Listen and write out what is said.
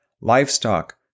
livestock